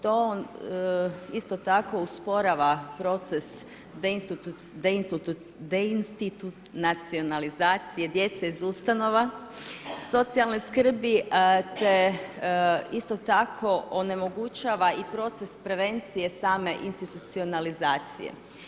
To isto tako usporava proces deinstitunacionalizacije djece iz ustanova socijalne skrbi, te isto tako onemogućava i proces prevencije same institucionalizacije.